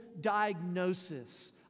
diagnosis